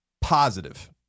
positive